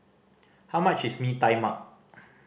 how much is Mee Tai Mak